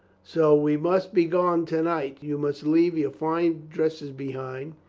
so. we must be gone to-night. you must leave your fine dresses behind.